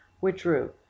withdrew